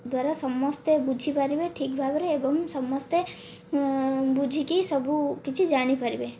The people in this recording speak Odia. ଦ୍ଵାରା ସମସ୍ତେ ବୁଝିପାରିବେ ଠିକ୍ ଭାବରେ ଏବଂ ସମସ୍ତେ ବୁଝିକି ସବୁ କିଛି ଜାଣିପାରିବେ